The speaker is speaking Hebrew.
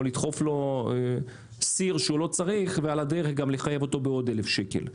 או לדחוף לו סיר שהוא לא צריך ועל הדרך גם לחייב אותו בעוד 1,000 שקלים.